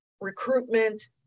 recruitment